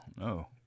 No